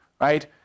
right